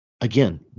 again